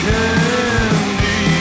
Candy